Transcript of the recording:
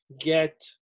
get